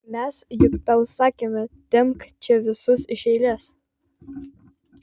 mes juk tau sakėme tempk čia visus iš eilės